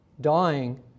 dying